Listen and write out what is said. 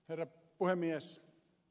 herra puhemies